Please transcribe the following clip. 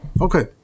okay